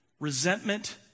resentment